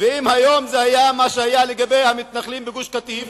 זה היה מה שהיה לגבי המתנחלים בגוש-קטיף,